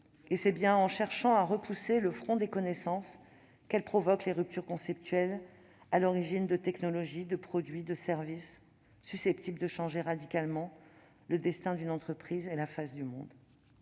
C'est bien en cherchant à repousser le front des connaissances qu'elle provoque les ruptures conceptuelles à l'origine de technologies, de produits et de services susceptibles de changer radicalement le destin d'une entreprise et la face du monde.